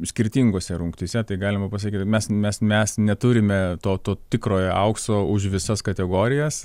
skirtingose rungtyse tai galima pasakyt mes mes mes neturime to to tikrojo aukso už visas kategorijas